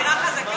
איזו אמירה חזקה.